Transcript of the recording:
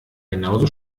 genauso